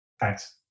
Thanks